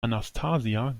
anastasia